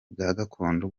gakondo